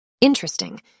Interesting